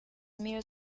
mehl